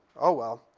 oh well.